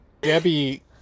debbie